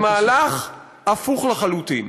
זה מהלך הפוך לחלוטין: